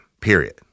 period